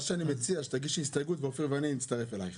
אני מציע שתגישי הסתייגות ואופיר ואני נצטרף אלייך.